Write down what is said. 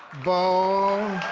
beau,